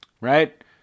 right